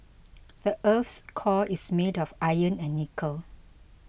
the earth's core is made of iron and nickel